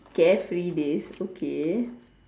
carefree days okay